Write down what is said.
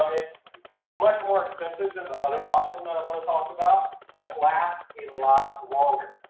um it's much more expensive than the other option that i'm going to talk about, but it lasts a lot longer.